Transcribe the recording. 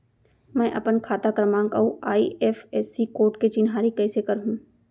मैं अपन खाता क्रमाँक अऊ आई.एफ.एस.सी कोड के चिन्हारी कइसे करहूँ?